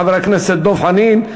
חבר הכנסת דב חנין,